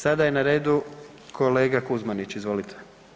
Sada je na redu kolega Kuzmanić, izvolite.